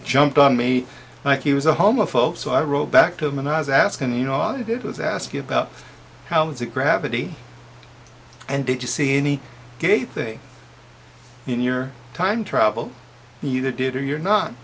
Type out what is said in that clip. jumped on me like he was a homophobe so i wrote back to him and i was asking you know and it was asking about how is it gravity and did you see any gay thing in your time travel either did or you're not